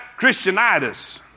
Christianitis